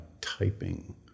typing